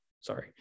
Sorry